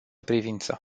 privință